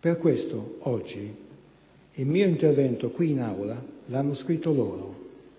Per questo, oggi, il mio discorso l'hanno scritto loro: